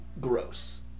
gross